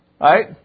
right